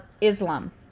Islam